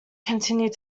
continued